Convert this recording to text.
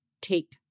take